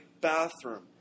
bathroom